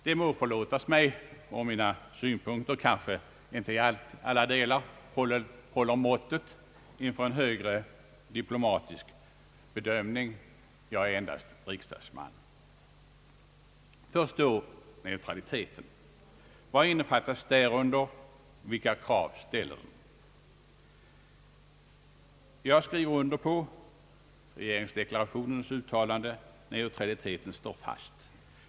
Det må förlåtas mig om mina synpunkter kanske inte i alla delar håller måttet inför en högre diplomatisk bedömning — jag är endast riksdagsman. Först då neutraliteten. Vad innefattas därunder, vilka krav ställer den? Jag skriver till en början under på regeringsdeklarationens uttalande: neutraliteten ligger fast.